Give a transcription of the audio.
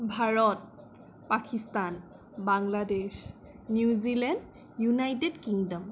Bharat Pakistan Bangladesh New Zealand United kingdom